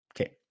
Okay